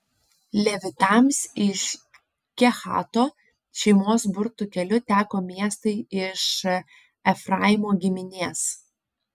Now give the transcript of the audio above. levitams iš kehato šeimos burtų keliu teko miestai iš efraimo giminės